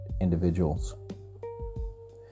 individuals